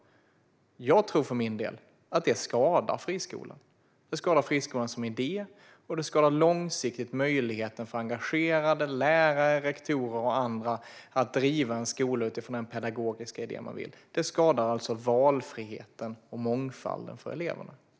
Jag tror för min del att det skadar friskolan. Det skadar friskolan som idé, och det skadar långsiktigt möjligheten för engagerade lärare, rektorer och andra att driva en skola utifrån en pedagogisk idé. Det skadar alltså valfriheten och mångfalden för eleverna.